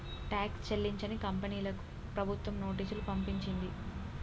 tax చెల్లించని కంపెనీలకు ప్రభుత్వం నోటీసులు పంపించింది